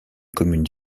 commune